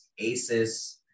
Asus